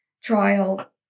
Trial